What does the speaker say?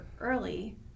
early